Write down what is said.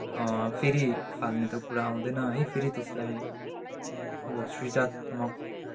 फेरि फाल्नु त कुरा आउँदैन है फेरि त्यसलाई अब सृजनात्मक